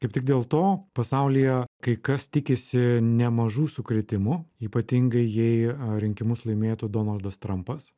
kaip tik dėl to pasaulyje kai kas tikisi nemažų sukrėtimų ypatingai jei rinkimus laimėtų donaldas trampas